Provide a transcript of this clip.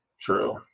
True